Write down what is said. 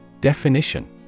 Definition